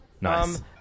nice